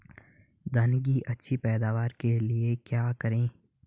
धान की अच्छी पैदावार के लिए क्या करें?